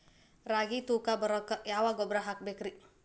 ರಾಗಿ ತೂಕ ಬರಕ್ಕ ಯಾವ ಗೊಬ್ಬರ ಹಾಕಬೇಕ್ರಿ?